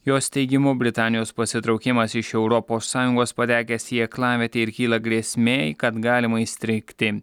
jos teigimu britanijos pasitraukimas iš europos sąjungos patekęs į aklavietę ir kyla grėsmė kad galima įstrigti